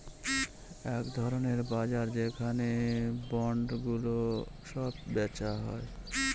এক ধরনের বাজার যেখানে বন্ডগুলো সব বেচা হয়